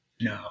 No